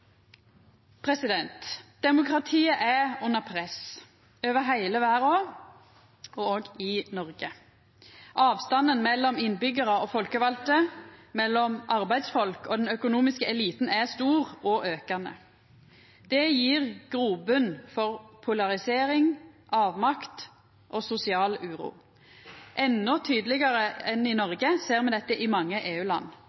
Demokratiet er under press over heile verda og òg i Noreg. Avstanden mellom innbyggjarar og folkevalde og mellom arbeidsfolk og den økonomiske eliten er stor og aukande. Det gjev grobotn for polarisering, avmakt og sosial uro. Endå tydelegare enn i